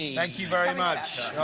like you very much,